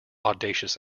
audacious